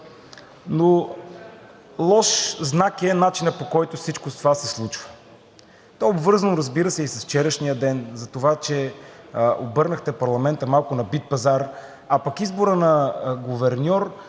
Лош знак е начинът, по който всичко това се случва. То е обвързано, разбира се, и с вчерашния ден, затова че обърнахте парламента малко на битпазар, а пък изборът на гуверньор